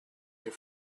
your